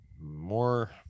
more